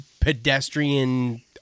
pedestrian